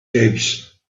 cubes